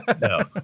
no